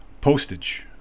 postage